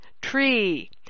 tree